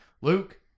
Luke